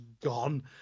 gone